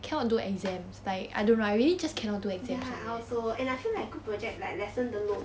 ya I also and I feel like group project like lessen the load